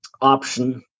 option